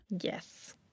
Yes